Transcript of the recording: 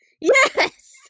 Yes